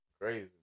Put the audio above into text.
crazy